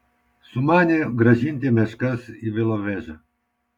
sumanė grąžinti meškas į belovežą